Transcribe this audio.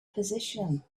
position